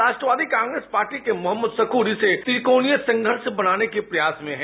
राष्ट्रवादी Congress party के मोहम्मद शकूर इसे त्रिकोणीय बनाने के प्रयास में हैं